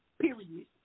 Period